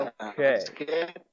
Okay